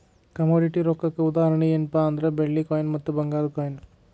commodity ರೊಕ್ಕಕ್ಕ ಉದಾಹರಣಿ ಯೆನ್ಪಾ ಅಂದ್ರ ಬೆಳ್ಳಿ ಕಾಯಿನ್ ಮತ್ತ ಭಂಗಾರದ್ ಕಾಯಿನ್